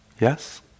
Yes